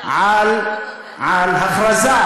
על החלטה